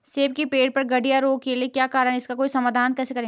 सेब के पेड़ पर गढ़िया रोग के क्या कारण हैं इसका समाधान कैसे करें?